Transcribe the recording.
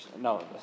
No